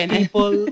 people